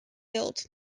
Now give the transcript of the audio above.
built